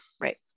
Right